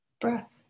breath